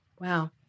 Wow